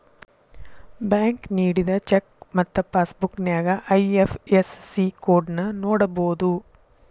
bank ನೇಡಿದ cheque ಮತ್ತ passbook ನ್ಯಾಯ ಐ.ಎಫ್.ಎಸ್.ಸಿ ಕೋಡ್ನ ನೋಡಬೋದು